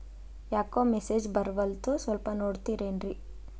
ಯಾಕೊ ಮೆಸೇಜ್ ಬರ್ವಲ್ತು ಸ್ವಲ್ಪ ನೋಡ್ತಿರೇನ್ರಿ?